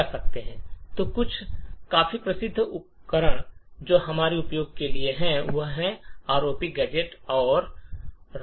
तो कुछ काफी प्रसिद्ध उपकरण जो हमने उपयोग किए हैं वह है आरओपी गैजेट और रोपपर